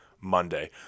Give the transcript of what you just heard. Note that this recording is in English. Monday